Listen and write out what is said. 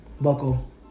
buckle